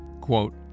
quote